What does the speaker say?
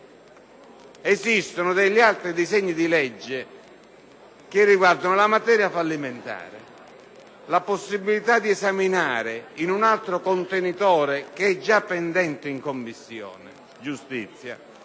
Esistono degli altri disegni di legge che riguardano la materia fallimentare. La possibilitadi esaminare in un altro contenitore che e giapendente in Commissione giustizia